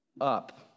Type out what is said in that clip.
up